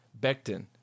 Becton